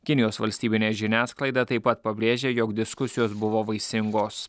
kinijos valstybinė žiniasklaida taip pat pabrėžia jog diskusijos buvo vaisingos